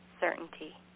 certainty